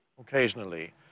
Occasionally